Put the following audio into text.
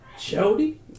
Jody